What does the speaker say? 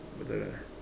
betul lah